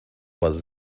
was